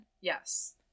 Yes